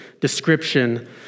description